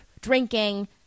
Drinking